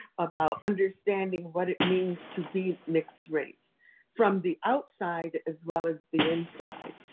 about understanding what it means to be mixed race from the outside as well as the inside.